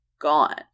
gone